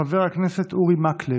חבר הכנסת אורי מקלב,